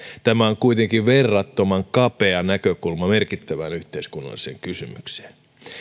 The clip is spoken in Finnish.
tämä on kuitenkin verrattoman kapea näkökulma merkittävään yhteiskunnalliseen kysymykseen